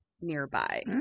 nearby